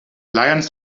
lions